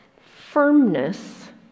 firmness